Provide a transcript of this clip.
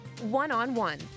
One-on-one